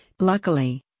Luckily